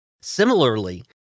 Similarly